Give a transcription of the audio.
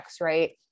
right